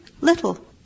little